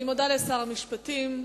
אני מודה לשר המשפטים.